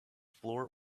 floor